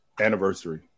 anniversary